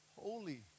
holy